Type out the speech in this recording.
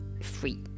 free